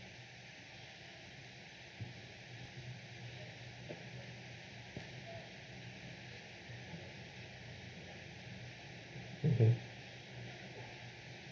okay